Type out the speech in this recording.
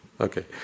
Okay